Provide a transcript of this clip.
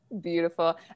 Beautiful